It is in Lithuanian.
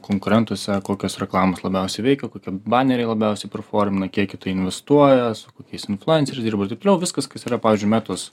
konkurentuose kokios reklamos labiausiai veikia kokie baneriai labiausiai performina kiek investuoja su kokiais influenceriais dirba ir taip toliau viskas kas yra pavyzdžiui metos